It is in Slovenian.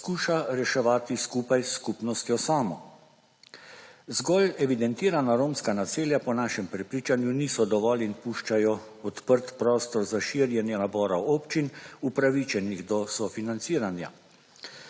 poskuša reševati skupaj s skupnosti samo. Zgolj evidentirana romska naselja po našem prepričanju niso dovolj in puščajo odprt prostor za širjenje nabora občin upravičenih do sofinanciranja.